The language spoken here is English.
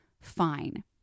fine